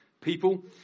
people